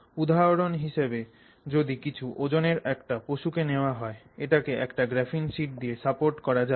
উধাহরণ হিসেবে যদি কিছু ওজনের একটা পশুকে নেওয়া হয় এটাকে একটা গ্রাফিন শিট দিয়ে সাপোর্ট করা যাবে